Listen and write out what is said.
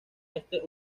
este